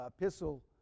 epistle